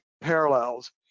parallels